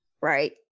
right